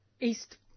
East